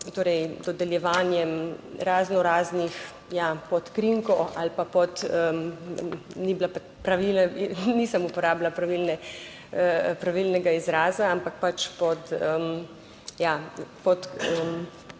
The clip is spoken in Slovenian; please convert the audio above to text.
torej dodeljevanjem razno raznih, ja, pod krinko ali pa pod, ni bila pravila, nisem uporabila pravilne, pravilnega izraza, ampak pač pod, ja, pod, kako